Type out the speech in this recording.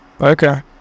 Okay